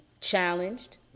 challenged